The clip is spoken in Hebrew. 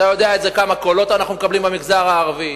אתה יודע כמה קולות אנחנו מקבלים מהמגזר הערבי,